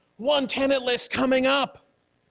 one tenant list coming up.